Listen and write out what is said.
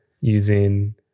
using